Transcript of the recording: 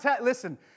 Listen